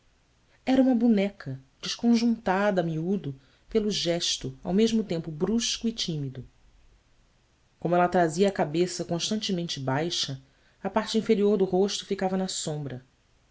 era uma boneca desconjuntada amiúdo pelo gesto ao mesmo tempo brusco e tímido como ela trazia a cabeça constantemente baixa a parte inferior do rosto ficava na sombra